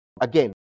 again